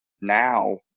now